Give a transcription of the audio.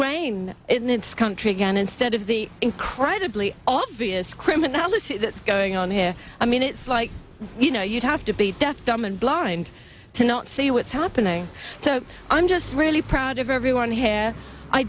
reign in its country again instead of the incredibly obvious criminality that's going on here i mean it's like you know you'd have to be deaf dumb and blind to not see what's happening so i'm just really proud of everyone h